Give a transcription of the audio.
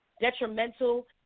detrimental